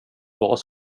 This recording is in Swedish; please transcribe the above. vad